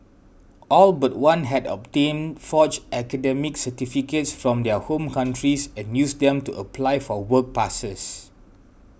all but one had obtained forged academic certificates from their home countries and used them to apply for work passes